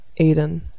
Aiden